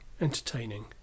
entertaining